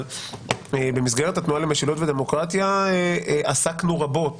במסגרת התנועה למשילות ודמוקרטיה עסקנו רבות